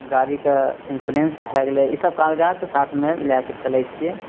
गाड़ीके ईंसोरेन्स भए गेलै ईसब कागजात साथमे लए कऽ चलै छियै